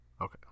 Okay